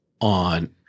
on